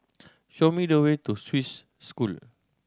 show me the way to Swiss School